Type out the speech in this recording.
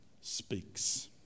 speaks